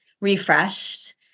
refreshed